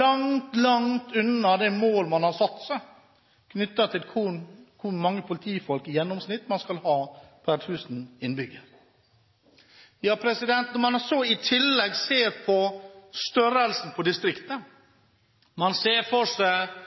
langt, langt unna det målet man har satt seg – knyttet til hvor mange politifolk man i gjennomsnitt skal ha per 1 000 innbygger. Når man ser på størrelsen på distriktet – man ser for seg